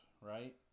right